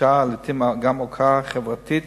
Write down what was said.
בושה ולעתים גם הוקעה חברתית